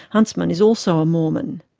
huntsman is also a mormon.